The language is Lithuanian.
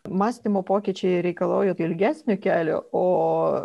mąstymo pokyčiai reikalauja tai ilgesnio kelio o